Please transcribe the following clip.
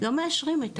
לא מאשרים את